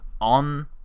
on